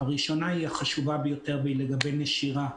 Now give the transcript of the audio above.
הראשונה היא החשובה ביותר והיא לגבי נשירה.